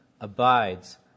abides